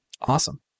Awesome